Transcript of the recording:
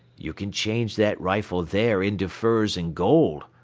you can change that rifle there into furs and gold.